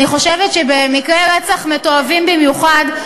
אני חושבת שבמקרי רצח מתועבים במיוחד,